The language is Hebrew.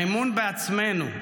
האמון בעצמנו,